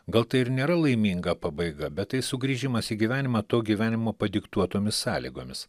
gal tai ir nėra laiminga pabaiga bet tai sugrįžimas į gyvenimą to gyvenimo padiktuotomis sąlygomis